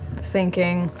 thinking,